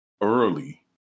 early